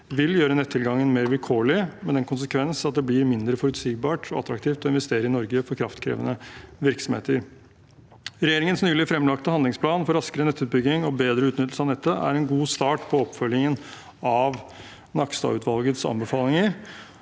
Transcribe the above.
vil gjøre nettilgangen mer vilkårlig, med den konsekvens at det blir mindre forutsigbart og attraktivt å investere i Norge for kraftkrevende virksomheter. Regjeringens nylig fremlagte handlingsplan for raskere nettutbygging og bedre utnyttelse av nettet er en god start på oppfølgingen av Nakstad-utvalgets anbefalinger